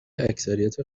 اکثریت